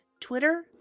twitter